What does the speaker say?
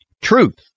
Truth